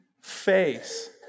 face